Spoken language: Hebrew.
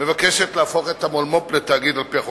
מבקשת להפוך את המולמו"פ לתאגיד על-פי החוק.